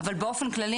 אבל באופן כללי,